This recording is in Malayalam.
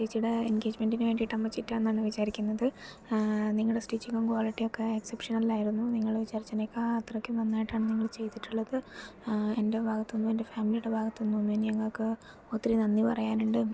ചേച്ചിയുടെ എൻഗേജ്മെൻറ്റിന് വേണ്ടിട്ട് അമ്മ ചുറ്റാം എന്നാണ് വിചാരിക്കുന്നത് നിങ്ങളുടെ സ്റ്റിച്ചിങ്ങും ക്വാളിറ്റിയും ഒക്കെ എക്സെപ്ഷണൽ ആയിരുന്നു ഞങ്ങൾ വിചാരിച്ചതിനേക്കാൾ അത്രക്കും നന്നായിട്ടാണ് നിങ്ങൾ ചെയ്തിട്ടുള്ളത് എൻ്റെ ഭാഗത്ത് നിന്നും എൻ്റെ ഫാമിലിയുടെ ഭാഗത്ത് നിന്നും നിങ്ങൾക്ക് ഒത്തിരി നന്ദി പറയാനുണ്ട്